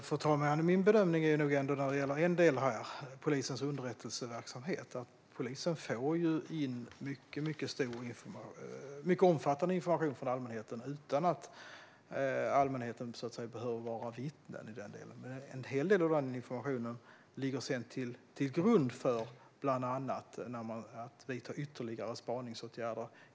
Fru talman! När det gäller polisens underrättelseverksamhet är nog min bedömning ändå att polisen får in mycket omfattande information från allmänheten utan att allmänheten behöver vara vittnen. En hel del av den informationen ligger sedan till grund för bland annat ytterligare spaningsåtgärder.